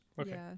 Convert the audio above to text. Okay